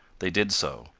they did so,